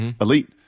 Elite